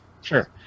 sure